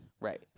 Right